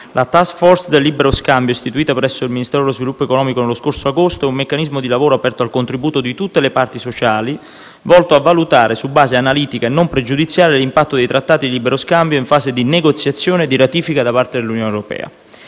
La *task force* del libero scambio, istituita presso il MISE nello scorso agosto, è un meccanismo di lavoro aperto al contributo di tutte le parti sociali, volto a valutare, su base analitica e non pregiudiziale, l'impatto dei trattati di libero scambio in fase di negoziazione o di ratifica da parte dell'Unione europea.